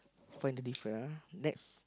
find the different ah next